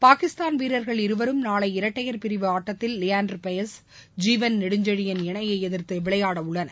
பாகிஸ்தான் வீரர்கள் இருவரும் நாளை இரட்டையர் பிரிவு ஆட்டத்தில் லியாண்டர் பெயஸ் ஜீவன் நெடுஞ்செழியன் இணையை எதிர்த்து விளையாடவுள்ளனர்